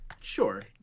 sure